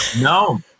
no